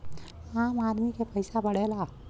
आम आदमी के पइसा बढ़ेला